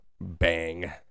bang